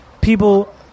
people